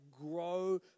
grow